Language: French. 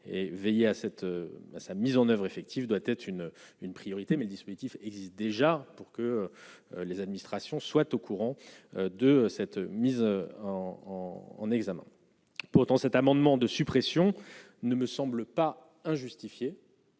veiller à cette sa mise en oeuvre effective doit être une une priorité mais le dispositif existe déjà pour que les administrations soient au courant de cette mise en en examen pourtant cet amendement de suppression ne me semble pas injustifiée.